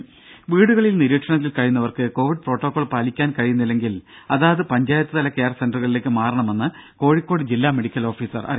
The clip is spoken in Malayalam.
ദേദ വീടുകളിൽ നിരീക്ഷണത്തിൽ കഴിയുന്നവർക്ക് കോവിഡ് പ്രോട്ടോകോൾ പാലിക്കാൻ കഴിയുന്നില്ലെങ്കിൽ അതാത് പഞ്ചായത്ത്തല കെയർ സെന്ററുകളിലേക്ക് മാറണമെന്ന് കോഴിക്കോട് ജില്ലാ മെഡിക്കൽ ഓഫീസർ അറിയിച്ചു